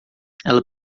ela